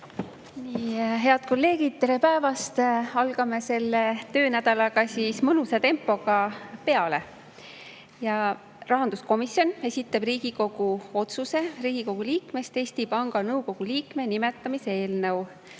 Head kolleegid, tere päevast! Alustame seda töönädalat mõnusa tempoga. Rahanduskomisjon esitab Riigikogu otsuse "Riigikogu liikmest Eesti Panga nõukogu liikme nimetamine" eelnõu.